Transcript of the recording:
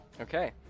Okay